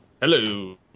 Hello